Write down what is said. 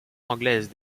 anglaises